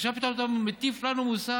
עכשיו פתאום אתה מטיף לנו מוסר?